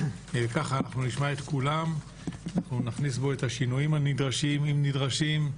ככה אנחנו נשמע את כולם ונכניס בו את השינויים הנדרשים אם נדרשים,